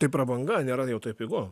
tai prabanga nėra jau taip pigu